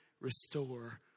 restore